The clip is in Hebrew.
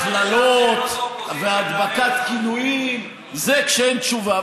הכללות והדבקת כינויים זה כשאין תשובה,